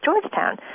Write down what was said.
Georgetown